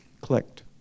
clicked